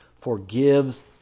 forgives